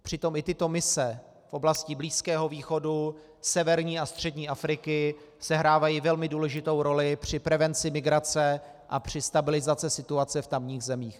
Přitom i tyto mise v oblasti Blízkého východu, severní a střední Afriky sehrávají velmi důležitou roli při prevenci migrace a při stabilizaci situace v tamních zemích.